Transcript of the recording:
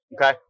okay